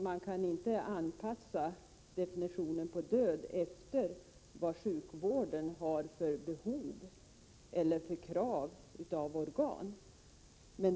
Man kan inte anpassa definitionen på död efter vad sjukvården har för behov av H eller krav på organ.